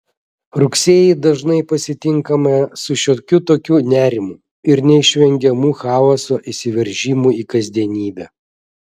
rugsėjį dažnai pasitinkame su šiokiu tokiu nerimu ir neišvengiamu chaoso įsiveržimu į kasdienybę